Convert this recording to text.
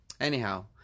anyhow